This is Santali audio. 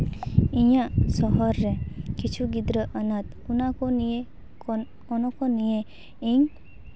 ᱤᱧᱟᱹᱜ ᱥᱚᱦᱚᱨ ᱨᱮ ᱠᱤᱪᱷᱩ ᱜᱤᱫᱽᱨᱟᱹ ᱚᱱᱟᱛᱷ ᱚᱱᱟ ᱠᱚ ᱱᱤᱭᱮ ᱤᱧ